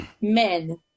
men